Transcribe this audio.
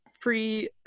pre